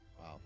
Wow